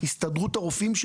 הסתדרות הרופאים,